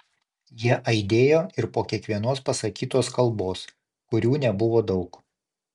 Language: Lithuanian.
jie aidėjo ir po kiekvienos pasakytos kalbos kurių nebuvo daug